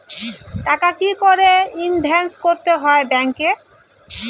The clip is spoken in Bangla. টাকা কি করে ইনভেস্ট করতে হয় ব্যাংক এ?